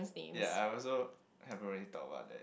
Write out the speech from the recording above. ya I also haven't really thought about that